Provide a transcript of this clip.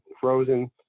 frozen